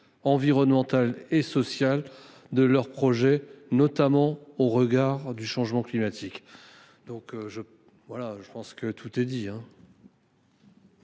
environnementale et sociale de leur projet, notamment au regard du changement climatique ». Je pense que tout est dit